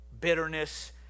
bitterness